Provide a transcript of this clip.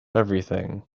everything